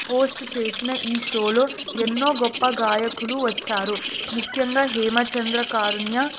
host చేసిన ఈ షోలో ఎన్నో గొప్ప గాయకులు వచ్చారు ముఖ్యంగా హేమచంద్ర కారుణ్య